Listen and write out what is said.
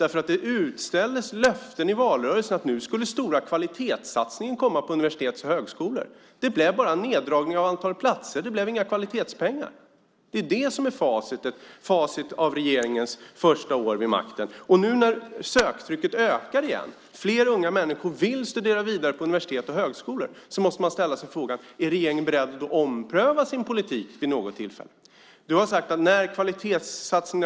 Det gavs i valrörelsen löften om att det skulle göras stora kvalitetssatsningar på universitet och högskolor. Det blev bara en neddragning av antalet platser. Det blev inga kvalitetspengar. Det är det som är facit av regeringens första år vid makten. Nu när söktrycket ökar igen och fler unga människor vill studera vidare på universitet och högskolor måste man ställa frågan: Är regeringen beredd att ompröva sin politik vid något tillfälle? Du har talat om kvalitetssatsningar.